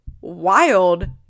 wild